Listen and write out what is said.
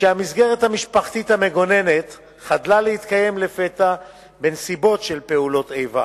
כשהמסגרת המשפחתית המגוננת חדלה להתקיים לפתע בנסיבות של פעולות איבה.